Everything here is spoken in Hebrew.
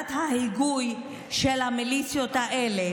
בוועדת ההיגוי של המיליציות האלה,